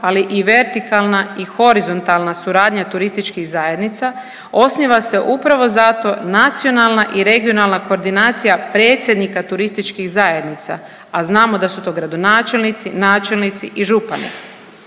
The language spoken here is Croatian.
ali i vertikalna i horizontalna suradnja turističkih zajednica osniva se upravo zato nacionalna i regionalna koordinacija predsjednika turističkih zajednica, a znamo da su to gradonačelnici, načelnici i župani.